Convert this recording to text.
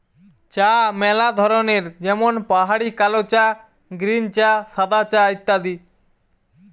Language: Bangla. চা ম্যালা ধরনের যেমন পাহাড়ি কালো চা, গ্রীন চা, সাদা চা ইত্যাদি